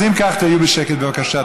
אז אם כך, תהיו בשקט בבקשה.